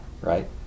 right